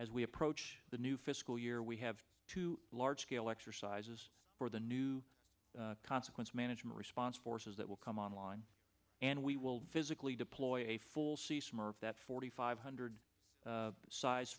as we approach the new fiscal year we have two large scale exercises for the new consequence management response forces that will come online and we will physically deploy full sea smurf that forty five hundred size